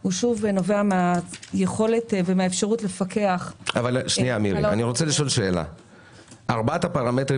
הוא נובע מהיכולת ומהאפשרות לפקח- -- ארבעת הפרמטרים